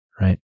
right